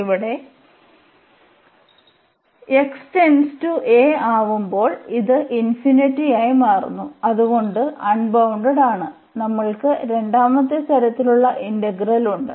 ഇവിടെ x → a ആവുമ്പോൾ ഇത് ഇൻഫിനിറ്റി ആയി മാറുന്നു അതുകൊണ്ട് അൺബൌണ്ടഡാണ് നമുക്ക് രണ്ടാമത്തെ തരത്തിലുള്ള ഇന്റഗ്രൽ ഉണ്ട്